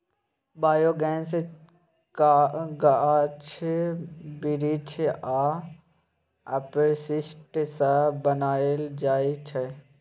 biogas गाछ बिरीछ आ अपशिष्ट सँ बनाएल जाइ छै